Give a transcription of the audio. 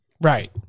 Right